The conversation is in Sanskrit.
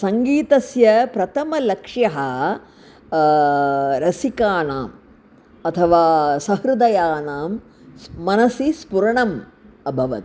सङ्गीतस्य प्रथमः लक्ष्यः रसिकानाम् अथवा सहृदयानां मनसि स्फुरणम् अभवत्